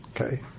Okay